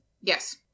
yes